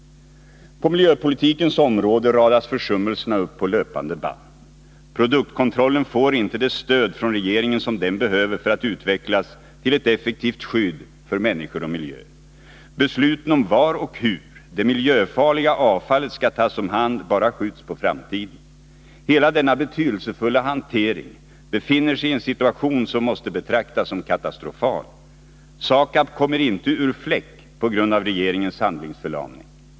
På miljöpolitikens område radas försummelserna upp på löpande band. Produktkontrollen får inte det stöd från regeringen som den behöver för att utvecklas till ett effektivt skydd för människor och miljö. Besluten om var och hur det miljöfarliga avfallet skall tas om hand bara skjuts på framtiden. Hela denna betydelsefulla hantering befinner sig i en situation som måste betraktas som katastrofal. SAKAB kommer inte ur fläcken på grund av regeringens handlingsförlamning.